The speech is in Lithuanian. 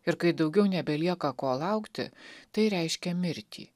ir kai daugiau nebelieka ko laukti tai reiškia mirtį